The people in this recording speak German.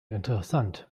interessant